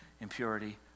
impurity